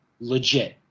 legit